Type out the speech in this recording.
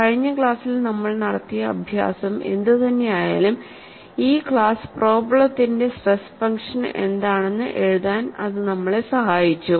കഴിഞ്ഞ ക്ലാസ്സിൽ നമ്മൾ നടത്തിയ അഭ്യാസം എന്തുതന്നെയായാലും ഈ ക്ലാസ് പ്രോബ്ലെത്തിന്റെ സ്ട്രെസ് ഫങ്ഷൻ എന്താണെന്ന് എഴുതാൻ അത് നമ്മളെ സഹായിച്ചു